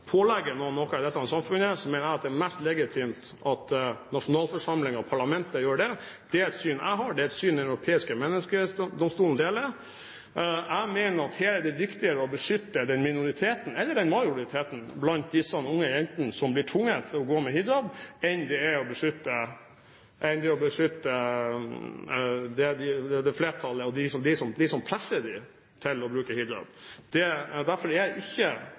pålegge noen noe i dette samfunnet, mener jeg det er mest legitimt at nasjonalforsamlingen, parlamentet, gjør det. Det er et syn jeg har, og det er et syn Den europeiske menneskerettighetsdomstol deler. Jeg mener at her er det viktigere å beskytte minoriteten – eller majoriteten – blant disse unge jentene som blir tvunget til å gå med hijab, enn det er å beskytte dem som presser dem til å bruke hijab. Derfor er ikke Bremers standpunkt i denne saken fravær av tyranni; det er et annet tyranni enn det som Stortinget, parlamentet, kan innføre. En av de diskusjonene der jeg